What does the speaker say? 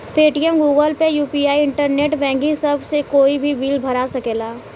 Paytm, Google pay, UPI, internet banking सभ से कोई भी बिल भरा सकेला